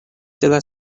dalla